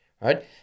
Right